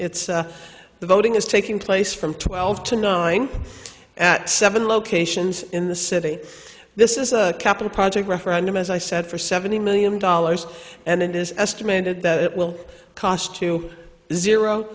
its the voting is taking place from twelve to nine at seven locations in the city this is a capital project referendum as i said for seventy million dollars and it is estimated that it will cost two zero